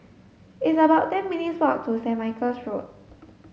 it's about ten minutes' walk to Saint Michael's Road